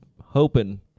hoping